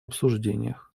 обсуждениях